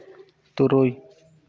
ᱛᱩᱨᱩᱭ